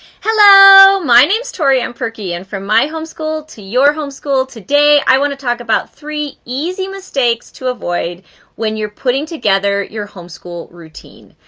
hello. my name's toriann perkey and from my homeschool to your homeschool today i want to talk about three easy mistakes to avoid when you're putting together your homeschool routine.